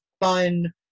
fun